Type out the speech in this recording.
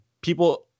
people